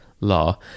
Law